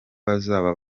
bazaba